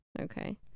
Okay